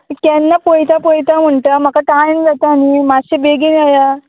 केन्ना पयता पयता म्हणटा म्हाका टायम जाता न्ही मातशें बेगीन येया